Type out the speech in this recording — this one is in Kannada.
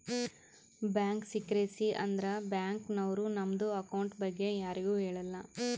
ಬ್ಯಾಂಕ್ ಸಿಕ್ರೆಸಿ ಅಂದುರ್ ಬ್ಯಾಂಕ್ ನವ್ರು ನಮ್ದು ಅಕೌಂಟ್ ಬಗ್ಗೆ ಯಾರಿಗು ಹೇಳಲ್ಲ